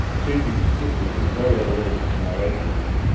two people in particular, two very old ladies in their eighty s,